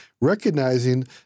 recognizing